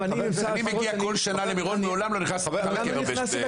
אני מגיע בכל שנה למירון בל"ג בעומר ומעולם לא נכנסתי למתחם הקבר.